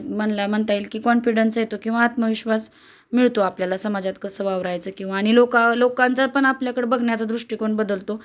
म्हणता म्हणता येईल की कॉन्फिडन्स येतो किंवा आत्मविश्वास मिळतो आपल्याला समाजात कसं वावरायचं किंवा आणि लोक लोकांचा पण आपल्याकडे बघण्याचा दृष्टिकोन बदलतो